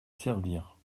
servir